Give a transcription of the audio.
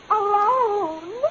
alone